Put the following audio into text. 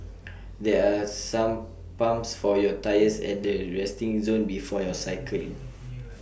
there are some pumps for your tyres at the resting zone before you cycling